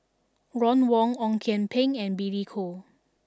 Ron Wong Ong Kian Peng and Billy Koh